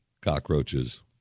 cockroaches